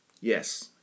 Yes